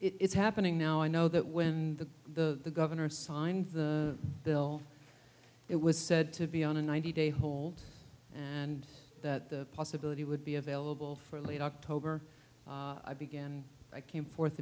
happening now i know that when the the governor signed the bill it was said to be on a ninety day hold and that the possibility would be available for late october i began i came forth